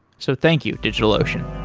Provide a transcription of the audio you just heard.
so thank you, digitalocean